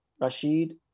Rashid